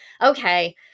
Okay